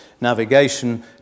navigation